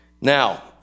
Now